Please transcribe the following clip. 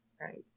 right